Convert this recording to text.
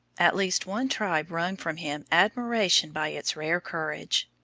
at least one tribe wrung from him admiration by its rare courage.